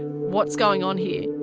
what's going on here?